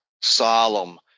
solemn